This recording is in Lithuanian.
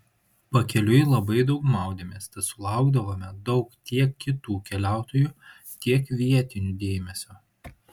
pakeliui labai daug maudėmės tad sulaukdavome daug tiek kitų keliautojų tiek vietinių dėmesio